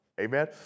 Amen